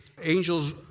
Angels